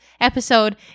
episode